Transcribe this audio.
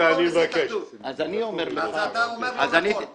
אז אתה אומר לא נכון.